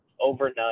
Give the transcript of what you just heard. overnight